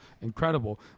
incredible